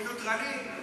חלקם מנוטרלים.